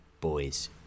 boys